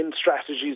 strategies